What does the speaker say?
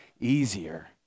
easier